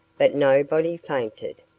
but nobody fainted.